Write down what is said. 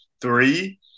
three